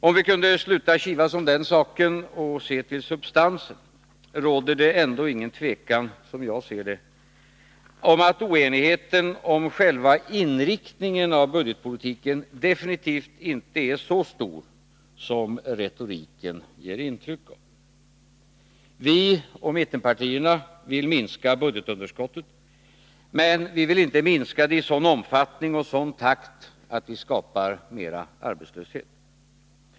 Om vislutar kivas om den saken och ser till substansen, råder det, som jag ser det, ändå ingen tvekan om att oenigheten om själva inriktningen av budgetpolitiken definitivt inte är så stor som retoriken ger intryck av. Vi och mittenpartierna vill minska budgetunderskottet, men vi vill inte minska det i sådan omfattning och i sådan takt att vi skapar mer arbetslöshet.